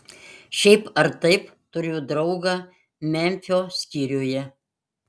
šiaip ar taip turiu draugą memfio skyriuje